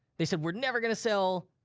they said, we're never gonna sell